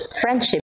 friendship